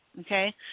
okay